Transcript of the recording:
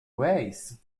ways